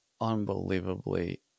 unbelievably